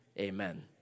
Amen